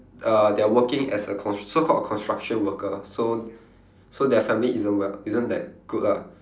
uh they're working as a cons~ so called a construction worker so so their family isn't well isn't that good lah